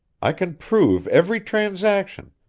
i can prove every transaction,